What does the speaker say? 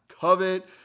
covet